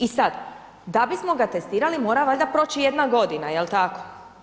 I sad, da bismo ga testirali mora valjda proći jedna godina, jel tako?